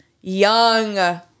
young